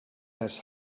has